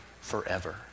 forever